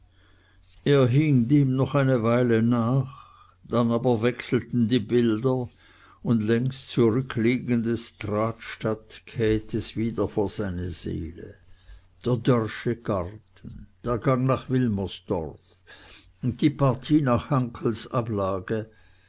noch eine weile nach dann aber wechselten die bilder und längst zurückliegendes trat statt käthes wieder vor seine seele der dörrsche garten der gang nach wilmersdorf die partie nach hankels ablage